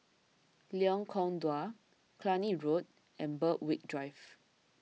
Lengkong Dua Cluny Road and Berwick Drive